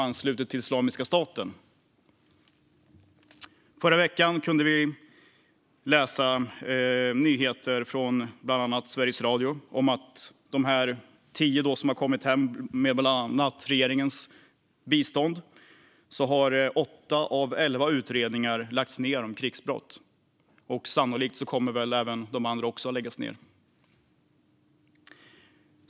Men i förra veckan kunde vi höra på nyheterna att åtta av de elva svenska utredningarna om krigsbrott har lagts ned. Sannolikt kommer även de andra att läggas ned.